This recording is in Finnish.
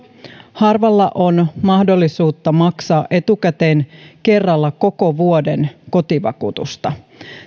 harvalla on mahdollisuutta maksaa etukäteen kerralla koko vuoden kotivakuutusta